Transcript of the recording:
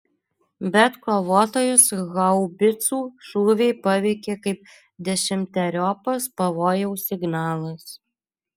bet kovotojus haubicų šūviai paveikė kaip dešimteriopas pavojaus signalas